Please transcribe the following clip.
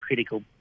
critical